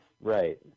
Right